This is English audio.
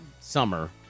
summer